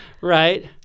Right